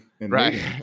right